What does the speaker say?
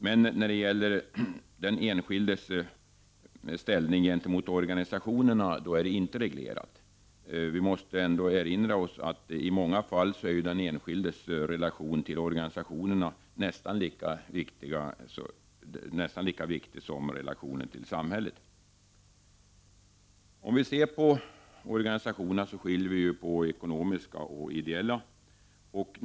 Men när det gäller den enskildes ställning gentemot organisationerna är förhållandet inte reglerat. Vi måste erinra oss att i många fall är den enskildes relationer till organisationer nästan lika viktiga som relationen till samhället. Vi skiljer mellan ekonomiska och ideella föreningar.